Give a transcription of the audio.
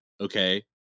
okay